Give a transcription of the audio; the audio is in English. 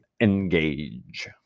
engage